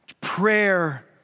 prayer